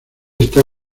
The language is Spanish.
está